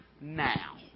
now